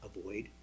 avoid